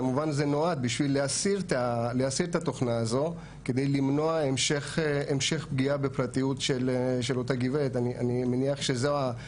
אבל היא אמרה שלא נעשה עם זה כלום ולא חקרו את האדם.